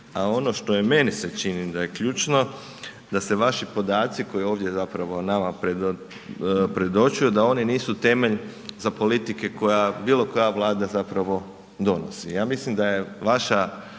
a ono što meni se čini da je ključno da se vaši podaci koji ovdje zapravo nama predočuju da oni nisu temelj za politike koja bilo koja vlada zapravo donosi. Ja mislim da je vaša